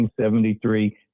1973